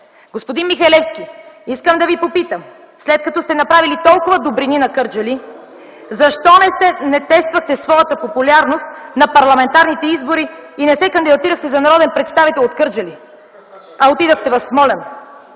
Господин Михалевски, искам да Ви попитам: след като сте направили толкова добрини на Кърджали, защо не тествахте своята популярност на парламентарните избори и не се кандидатирахте за народен представител от Кърджали, а отидохте в Смолян?!